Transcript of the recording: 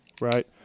right